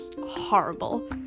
horrible